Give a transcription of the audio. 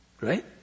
Right